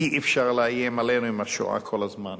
אי-אפשר לאיים עלינו עם השואה כל הזמן.